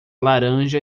laranja